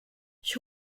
ich